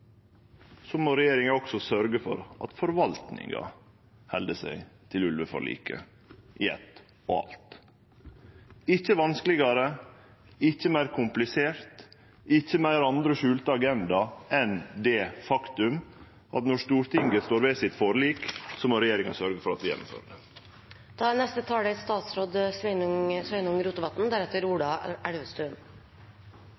må regjeringa også sørgje for at forvaltninga held seg til ulveforliket i eitt og alt. Det er ikkje vanskelegare, ikkje meir komplisert – det er ikkje andre, skjulte agendaer – enn det faktum at når Stortinget står ved sitt forlik, må regjeringa sørgje for at vi gjennomfører